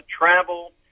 travel